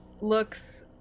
looks